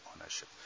ownership